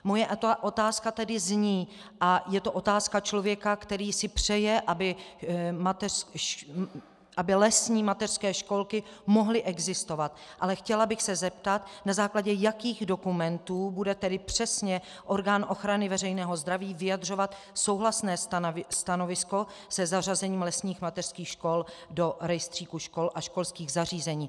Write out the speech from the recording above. Moje otázka tedy zní, a je to otázka člověka, který si přeje, aby lesní mateřské školky mohly existovat, ale chtěla bych se zeptat, na základě jakých dokumentů bude tedy přesně orgán ochrany veřejného zdraví vyjadřovat souhlasné stanovisko se zařazením lesních mateřských škol do rejstříku škol a školských zařízení.